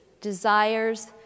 desires